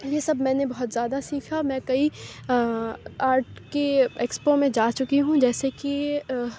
یہ سب میں نے بہت زیادہ سیکھا میں کئی آرٹ کی ایکسپو میں جا چُکی ہوں جیسے کہ